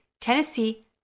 Tennessee